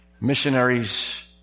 missionaries